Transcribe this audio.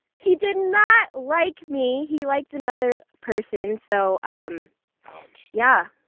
he did not like me. he liked another person. so, um yeah.